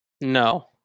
No